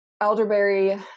elderberry